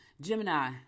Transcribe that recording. Gemini